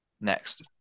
Next